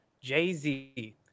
Jay-Z